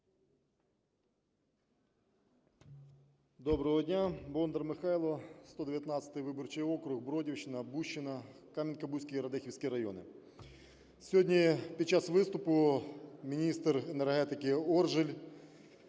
Доброго дня! Бондар Михайло, 119 виборчий округ, Бродівщина, Бужчина, Кам'янка-Бузький і Радехівський райони. Сьогодні під час виступу міністр енергетики Оржель